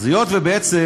אז היות שבעצם,